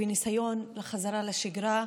בניסיון החזרה לשגרה,